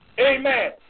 amen